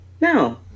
No